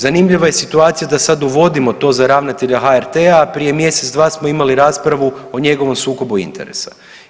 Zanimljiva je situacija da sad uvodimo to za ravnatelja HRT-a, a prije mjesec dva smo imali raspravu o njegovom sukobu interesa.